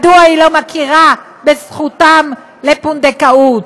מדוע היא לא מכירה בזכותם לפונדקאות?